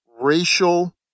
racial